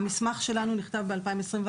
המסמך שלנו נכתב בשנת 2021,